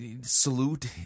salute